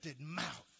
mouth